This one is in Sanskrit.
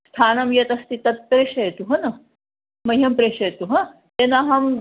स्थानं यदस्ति तत् प्रेषयतु हा न मह्यं प्रेषयतु हा यदाहम्